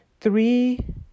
three